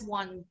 one